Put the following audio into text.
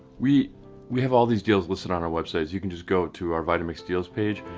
we we have all these deals listed on our website. you can just go to our vitamix deals page.